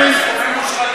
לא.